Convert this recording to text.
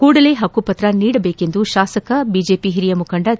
ಕೂಡಲೇ ಪಕ್ಷು ಪತ್ರ ನೀಡಬೇಕೆಂದು ಶಾಸಕ ಬಿಜೆಪಿ ಹಿರಿಯ ಮುಖಂಡ ಕೆ